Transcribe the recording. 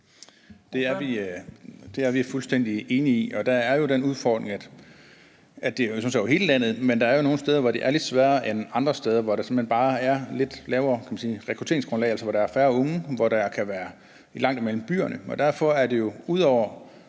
Det er vi fuldstændig enige i, og der er jo den udfordring, at der er nogle steder, hvor det bare er lidt sværere end andre steder, hvor der simpelt hen bare er lidt lavere rekrutteringsgrundlag, og hvor der er færre unge, og hvor der kan være langt imellem byerne. Derfor handler det jo, udover